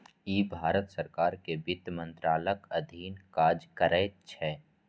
ई भारत सरकार के वित्त मंत्रालयक अधीन काज करैत छै